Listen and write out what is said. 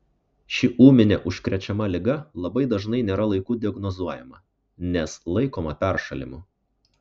ši ūminė užkrečiama liga labai dažnai nėra laiku diagnozuojama nes laikoma peršalimu